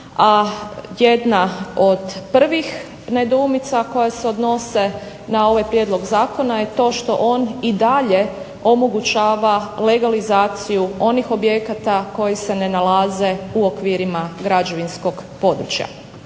a jedna od prvih nedoumica koje se odnose na ovaj prijedlog zakona je to što on i dalje omogućava legalizaciju onih objekata koji se ne nalaze u okvirima građevinskog područja.